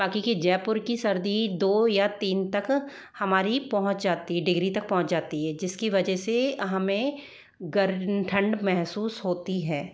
बाकी के जयपुर की सर्दी दो या तीन तक हमारी पहुँच जाती है डिग्री तक पहुँच जाती है जिसकी वजह से हमें ठंड महसूस होती है